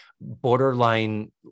borderline